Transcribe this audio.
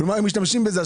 כלומר משתמשים בזה.